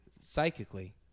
psychically